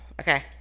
Okay